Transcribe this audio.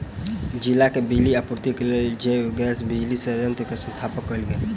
जिला के बिजली आपूर्तिक लेल जैव गैस बिजली संयंत्र के स्थापना कयल गेल